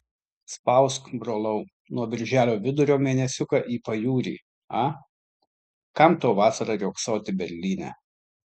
spausk brolau nuo birželio vidurio mėnesiuką į pajūrį a kam tau vasarą riogsoti berlyne